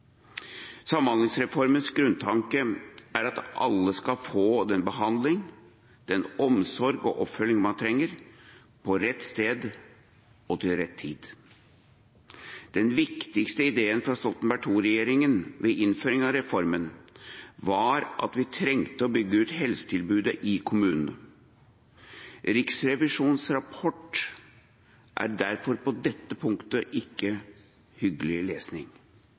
Samhandlingsreformens grunntanke er at alle skal få den behandling, omsorg og oppfølging man trenger, på rett sted og til rett tid. Den viktigste ideen for Stoltenberg II-regjeringen ved innføringen av reformen var at vi trengte å bygge ut helsetilbudet i kommunene. Riksrevisjonens rapport er derfor på dette punktet ikke hyggelig lesning.